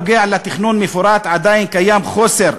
בכל הקשור לתכנון מפורט עדיין יש חוסר.